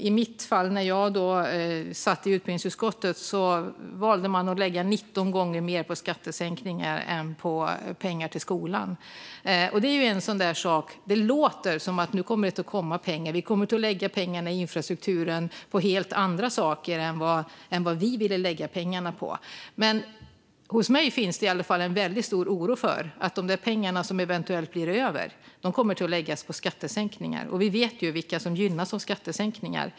I mitt fall när jag satt i utbildningsutskottet valde man att lägga 19 gånger mer på skattesänkningar än på skolan. Det låter som att det kommer att komma pengar. Man säger: Vi kommer att lägga pengarna till infrastrukturen på helt andra saker än vad Socialdemokraterna ville lägga pengarna på. Hos mig finns det i varje fall en väldigt stor oro för att de pengar som eventuellt blir över kommer att läggas på skattesänkningar. Vi vet vilka som gynnas av skattesänkningar.